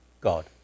god